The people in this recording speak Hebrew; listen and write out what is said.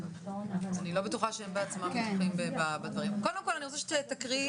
נכון, בואו ניקח שבוע או